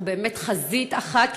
אנחנו באמת חזית אחת,